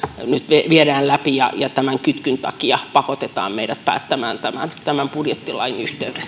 nyt viedään läpi ja ja tämän kytkyn takia pakotetaan meidät päättämään niistä tämän budjettilain